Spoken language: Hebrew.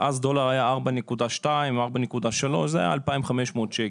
אז דולר היה 4.2 4.2. זה היה 2,500 שקל.